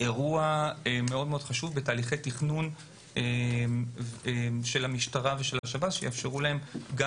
אירוע חשוב בתהליכי תכנון של המשטרה ושב"ס שיאפשר להם גם